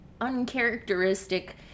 uncharacteristic